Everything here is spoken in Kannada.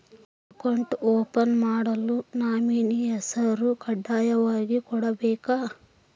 ಅಕೌಂಟ್ ಓಪನ್ ಮಾಡಲು ನಾಮಿನಿ ಹೆಸರು ಕಡ್ಡಾಯವಾಗಿ ಕೊಡಬೇಕಾ?